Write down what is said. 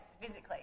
physically